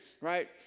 Right